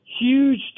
huge